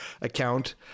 account